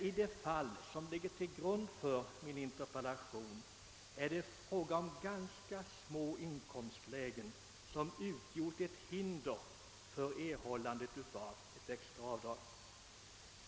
I de fall som låg till grund för min interpellation gällde det personer med ganska små inkomster som inte medgivits extra avdrag.